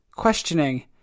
questioning